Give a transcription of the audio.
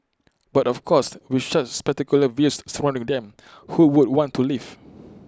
but of course with such spectacular views surrounding them who would want to leave